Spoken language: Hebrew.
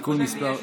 יש את,